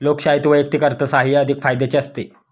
लोकशाहीत वैयक्तिक अर्थसाहाय्य अधिक फायद्याचे असते